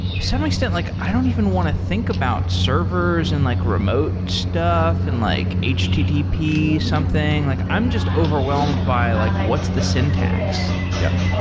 to some extent, like i don't even want to think about servers and like remote stuff and like http something. like i'm just overwhelmed by like what's the syntax. yeah.